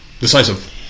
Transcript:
Decisive